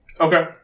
Okay